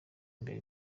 imbere